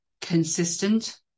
consistent